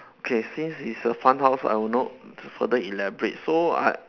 okay since it's a fun house I will not further elaborate so I